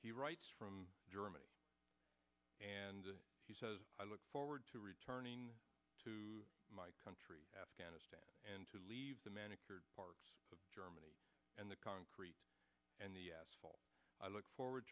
he writes from germany and he says i look forward to returning to my country afghanistan and to leave the manicured parks of germany and the concrete and the asphalt i look forward